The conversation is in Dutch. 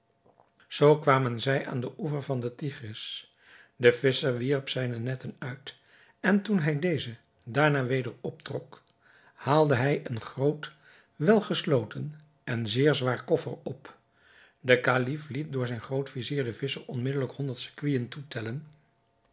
zoo kwamen zij aan den oever van den tigris de visscher wierp zijne netten uit en toen hij deze daarna weder optrok haalde hij een groot welgesloten en zeer zwaar koffer op de kalif liet door zijn groot-vizier den visscher onmiddelijk honderd sequinen toetellen